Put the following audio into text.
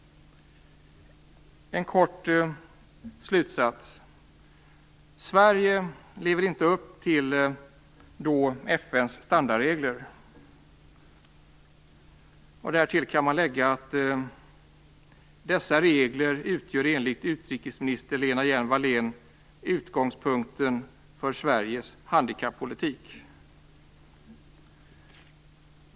En kort slutsats: Sverige lever inte upp till FN:s standardregler. Därtill kan läggas att dessa regler enligt utrikesminister Lena Hjelm-Wallén utgör utgångspunkten för Sveriges handikappolitik.